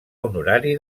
honorari